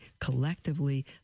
collectively